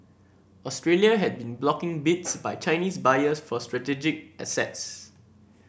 Australia had been blocking bids by Chinese buyers for strategic assets